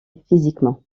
physiquement